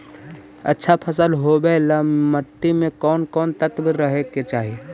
अच्छा फसल होबे ल मट्टी में कोन कोन तत्त्व रहे के चाही?